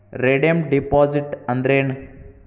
Redeem deposit ಅಂದ್ರೇನ್?